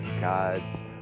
God's